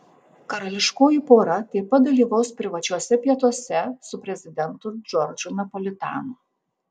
karališkoji pora taip pat dalyvaus privačiuose pietuose su prezidentu džordžu napolitanu